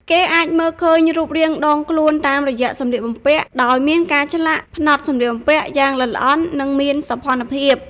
គេអាចមើលឃើញរូបរាងដងខ្លួនតាមរយៈសម្លៀកបំពាក់ ដោយមានការឆ្លាក់ ផ្នត់សម្លៀកបំពាក់ យ៉ាងល្អិតល្អន់ និងមានសោភ័ណភាព។